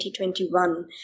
2021